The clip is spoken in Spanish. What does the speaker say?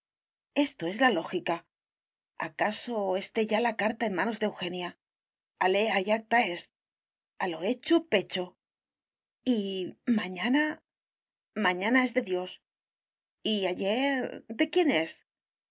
esto es la lógica acaso esté ya la carta en manos de eugenia alea iacta est a lo hecho pecho y mañana mañana es de dios y ayer de quién es